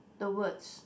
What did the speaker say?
the words